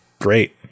great